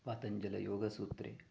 पातञ्जलयोगसूत्रे